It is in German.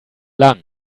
lang